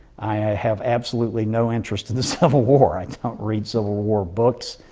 i have absolutely no interest in the civil war. i don't read civil war books.